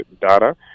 data